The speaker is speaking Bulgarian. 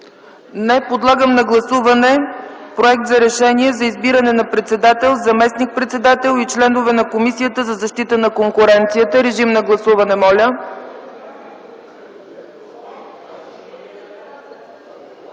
Не. Подлагам на гласуване Проекта за решение за избиране на председател, заместник-председател и членове на Комисията за защита на конкуренцията. Гласували